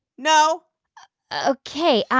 no ok.